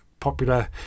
popular